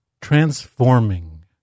transforming